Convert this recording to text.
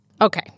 Okay